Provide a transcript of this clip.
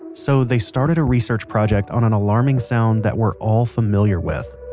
so they started a research project on an alarming sound that we're all familiar with.